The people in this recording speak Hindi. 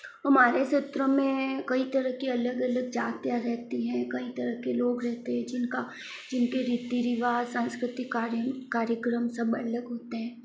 हमारे क्षेत्रों में कई तरह की अलग अलग जातियाँ रहती हैं कई तरह के लोग रहते हैं जिनका जिनके रीति रिवाज़ संस्कृति कार्य कार्यक्रम सब अलग होते हैं